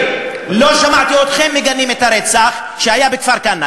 לא שמעתי אתכם מגנים את הרצח שהיה בכפר-כנא.